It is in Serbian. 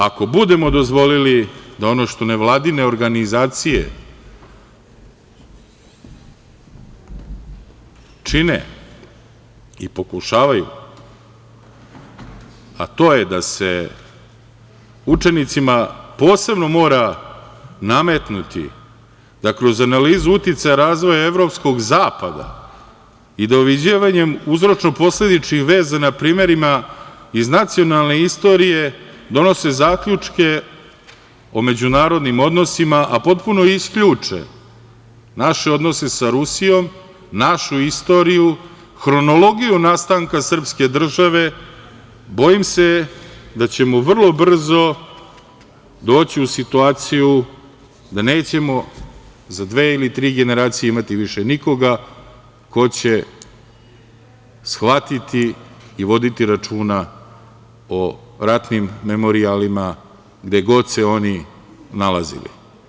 Ako budemo dozvolili da ono što nevladine organizacije čine i pokušavaju, a to je da se učenicima posebno mora nametnuti da kroz analizu uticaja razvoja evropskog zapada i da … uzročno-posledičnih veza na primerima iz nacionalne istorije donose zaključke o međunarodnim odnosima, a potpuno isključe naše odnose sa Rusijom, našu istoriju, hronologiju nastanka srpske države bojim se da ćemo vrlo brzo doći u situaciju da nećemo za dve ili tri generacije imati više nikoga ko će shvatiti i voditi računa o ratnim memorijalima gde god se oni nalazili.